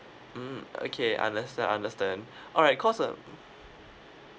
mm okay understand understand alright cause um